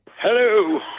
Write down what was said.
Hello